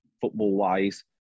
football-wise